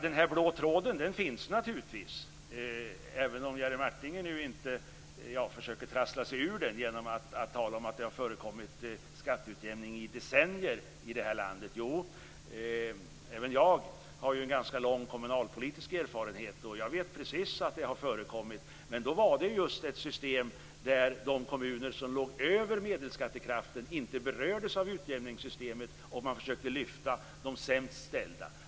"Den blå tråden" finns naturligtvis, även om Jerry Martinger nu försöker trassla sig ur den genom att tala om att det har förekommit skatteutjämning i decennier i det här landet. Jo, även jag har en ganska lång kommunalpolitisk erfarenhet och vet att det har förekommit. Men det var just ett utjämningssystem där de kommuner som låg över medelskattekraften inte berördes, och man försökte lyfta de sämst ställda.